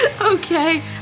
Okay